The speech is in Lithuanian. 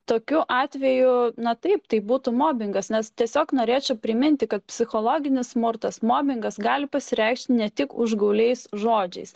tokiu atveju na taip tai būtų mobingas nes tiesiog norėčiau priminti kad psichologinis smurtas mobingas gali pasireikšti ne tik užgauliais žodžiais